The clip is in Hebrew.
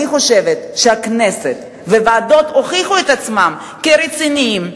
אני חושבת שהכנסת והוועדות הוכיחו את עצמן כרציניות,